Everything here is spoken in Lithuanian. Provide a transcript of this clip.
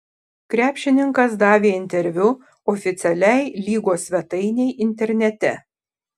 krepšininkas davė interviu oficialiai lygos svetainei internete